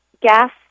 gas